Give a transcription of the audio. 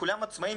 כולם עצמאיים,